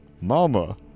Mama